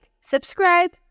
subscribe